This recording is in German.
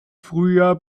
frühjahr